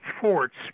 forts